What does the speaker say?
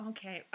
Okay